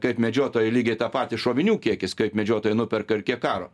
kaip medžiotojai lygiai tą patį šovinių kiekis kaip medžiotojai nuperka ir kiek karo